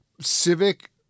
civic